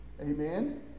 Amen